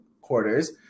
quarters